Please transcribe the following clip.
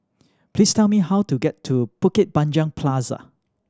please tell me how to get to Bukit Panjang Plaza